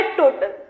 total